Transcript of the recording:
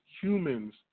humans